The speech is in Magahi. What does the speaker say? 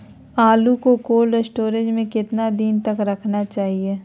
आलू को कोल्ड स्टोर में कितना दिन तक रखना चाहिए?